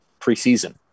preseason